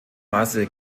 masse